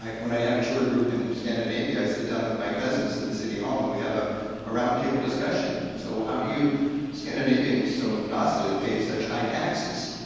when i have a tour group in scandinavia i sit down with my cousins in the city hall and we have ah a round table discussion. so well how do you scandinavians so docilely pay such high taxes?